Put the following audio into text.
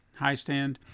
Highstand